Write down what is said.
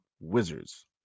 Wizards